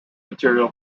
material